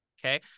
Okay